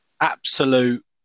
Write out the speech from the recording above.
absolute